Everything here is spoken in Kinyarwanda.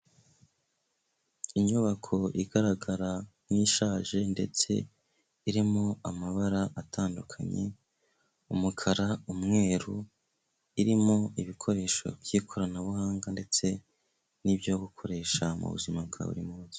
Inyubako igaragara nk'ishaje ndetse irimo amabara atandukanye, umukara, umweru, irimo ibikoresho by'ikoranabuhanga ndetse n'ibyo gukoresha mu buzima bwa buri munsi.